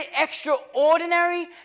extraordinary